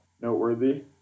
noteworthy